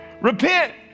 Repent